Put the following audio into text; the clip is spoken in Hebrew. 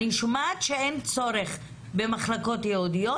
אני שומעת: אין צורך במחלקות ייעודיות,